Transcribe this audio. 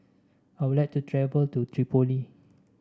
I would like to travel to Tripoli